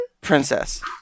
Princess